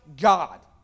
God